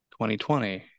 2020